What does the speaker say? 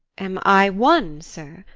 am i one, sir?